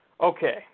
Okay